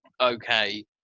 okay